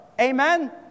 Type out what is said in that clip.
Amen